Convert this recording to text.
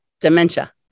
dementia